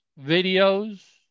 videos